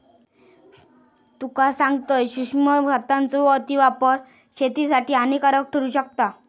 तुका सांगतंय, सूक्ष्म खतांचो अतिवापर शेतीसाठी हानिकारक ठरू शकता